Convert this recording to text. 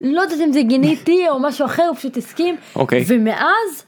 לא יודעת אם זה גיניתי או משהו אחר פשוט הסכים.. אוקיי. ומאז..